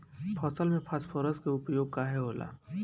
फसल में फास्फोरस के उपयोग काहे होला?